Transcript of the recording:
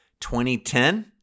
2010